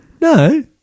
no